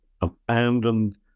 abandoned